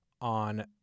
on